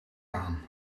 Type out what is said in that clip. aan